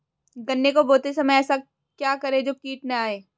गन्ने को बोते समय ऐसा क्या करें जो कीट न आयें?